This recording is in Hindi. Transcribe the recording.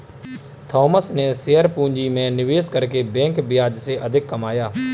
थॉमस ने शेयर पूंजी में निवेश करके बैंक ब्याज से अधिक कमाया